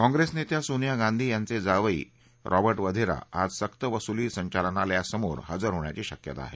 काँप्रिस नेत्या सोनिया गांधी यांचे जावई रॉबा व्यधेरा आज सक्त वसुली संचालनालयासमोर हजर होण्याची शक्यता आहे